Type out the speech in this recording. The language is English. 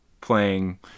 playing